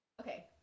Okay